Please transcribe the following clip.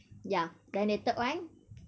ya then the third one